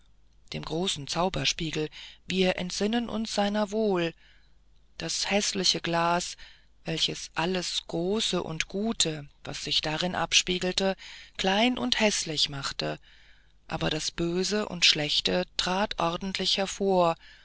dem zauberspiegel wir entsinnen uns seiner wohl das häßliche glas welches alles große und gute was sich darin abspiegelte klein und häßlich machte aber das böse und schlechte trat ordentlich hervor